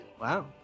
wow